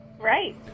Right